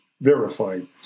verified